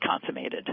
consummated